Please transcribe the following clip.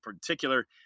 particular